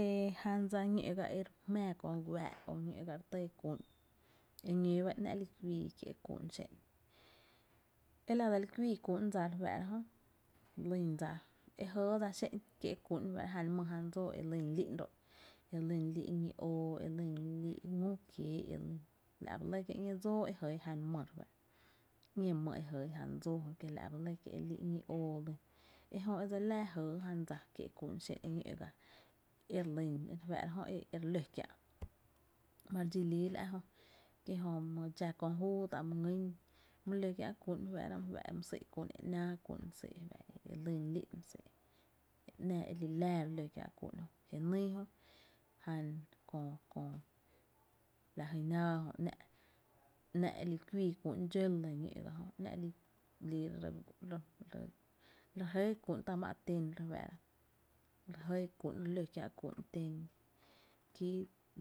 E jan dsa ñó’ ga e re jmⱥⱥ kö guⱥⱥ’ o ñó’ ga e re tɇɇ kú’n e ñóo ba e ‘nⱥ’ li kuii kié’ kú’n xé’n, e la dse li kuii kuii kú’n dsa re fáá’ra jö, lyn dsa e jɇɇ kié’ kú’n e fa’ jan my jan dsóo e lyn lí’n ro’ e lýn lii ñí oo e lyn lii’ ngü kiee’ e lyn la’ ba lɇ kie’ ´ñee dsóó e jɇɇ jan my, ñee jan my ejɇɇ jan dsóo jö kiela’ ba lɇ kié’, e lii’ ñi oo lyn e jö e dse li laa jɇɇ jan dsa kié’ kú’n xé’n e ñó’ ga e re lyn e re fáá’ra jö ere ló kiä, ejö ma re líi la’ jö, kie’ jö my dxá köö júu tá’ my ngyn my ló kiä’ ku’n my ngyn e fa’ my sýn kú’n e ‘náá kú’n my sý’ kú’n e lyn lí’n my sý’ e’naa e li laa re ló kiä’ kö’ je nyy jan köö köö, la jy áá jö e ‘nⱥⱥ’ e li kuii kú’n dxo lɇ ´ño’ ga jö e jmi’ re lɇ re jɇɇ ku’n, re jɇɇ ku’n ta má’ ten lɇ re fáá’ra, re jɇɇ k’u´n re ló kiä’ kú’n ten ki